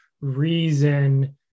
reason